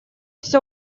все